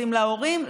שנוסעים להורים,